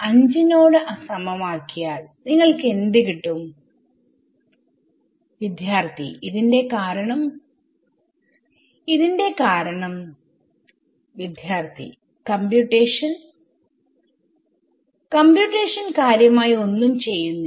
5 നോട് സമം ആക്കിയാൽ നിങ്ങൾക്ക് എന്ത് കിട്ടും വിദ്യാർത്ഥി ഇതിന്റെ കാരണം ഇതിന്റെ കാരണം വിദ്യാർത്ഥി കമ്പ്യൂട്ടേഷൻ കമ്പ്യൂട്ടേഷൻ കാര്യമായി ഒന്നും ചെയ്യുന്നില്ല